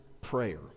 prayer